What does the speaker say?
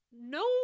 no